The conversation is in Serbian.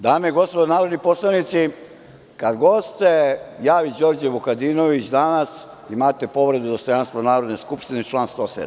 Dame i gospodo narodni poslanici, kad god se javi Đorđe Vukadinović danas, imate povredu dostojanstva Narodne skupštine, član 107.